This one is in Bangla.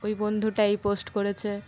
ওই বন্ধুটা এই পোস্ট করেছে